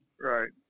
Right